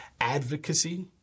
advocacy